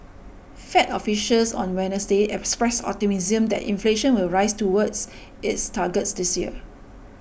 fed officials on Wednesday expressed optimism that inflation will rise towards its target this year